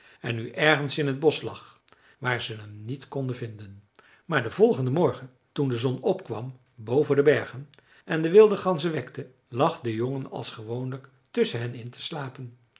en nu ergens in t bosch lag waar ze hem niet konden vinden maar den volgenden morgen toen de zon opkwam boven de bergen en de wilde ganzen wekte lag de jongen als gewoonlijk tusschen hen in te slapen